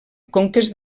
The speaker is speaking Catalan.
conques